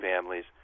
families